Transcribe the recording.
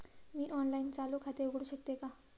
मी online चालू खाते उघडू शकते का?